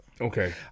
Okay